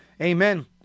Amen